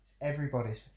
Everybody's